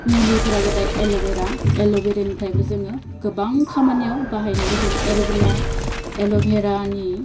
मुलिफोरा जाबाय एल'भेरा एल'बेरानिफ्रायबो जोङो गोबां खामानियाव बाहायनो जों एल'भेरा एल'भेरानि